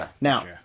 now